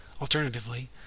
Alternatively